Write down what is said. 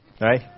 Right